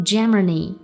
Germany